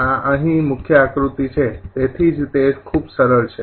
આ અહી મુખ્ય આકૃતિ છે તેથી જ તે ખૂબ સરળ છે